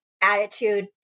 attitude